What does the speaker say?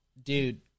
Dude